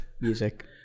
music